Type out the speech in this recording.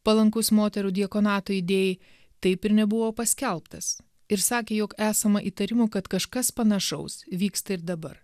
palankus moterų diakonato idėjai taip ir nebuvo paskelbtas ir sakė jog esama įtarimų kad kažkas panašaus vyksta ir dabar